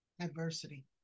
adversity